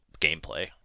gameplay